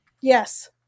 Yes